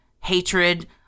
hatred